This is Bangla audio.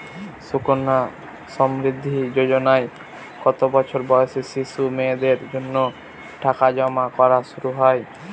সুকন্যা সমৃদ্ধি যোজনায় কত বছর বয়সী শিশু মেয়েদের জন্য টাকা জমা করা শুরু হয়?